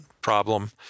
problem